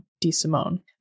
DeSimone